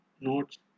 Notes